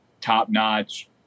top-notch